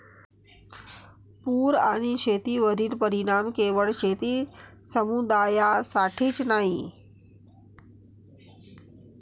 पूर आणि शेतीवरील परिणाम केवळ शेती समुदायासाठीच नाही